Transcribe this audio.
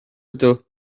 ydw